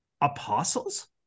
apostles